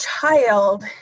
child